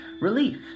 relief